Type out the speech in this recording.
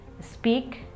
speak